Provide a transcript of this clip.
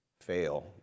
fail